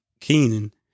Keenan